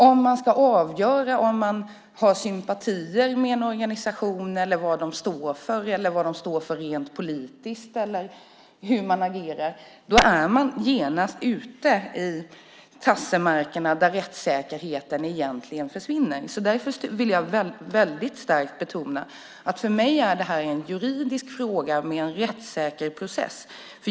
Om man ska avgöra om man har sympatier för en organisation, vad den står för rent politiskt och hur den agerar är man genast ute i tassemarkerna där rättssäkerheten försvinner. Därför vill jag väldigt starkt betona att för mig är det här en juridisk fråga med en rättssäker process.